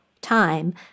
time